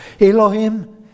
Elohim